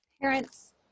parents